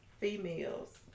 females